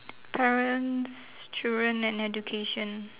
parents children and education